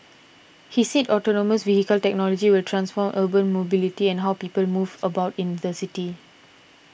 he said autonomous vehicle technology will transform urban mobility and how people move about in the city